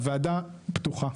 הוועדה פתוחה.